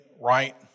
right